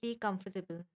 comfortable